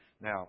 Now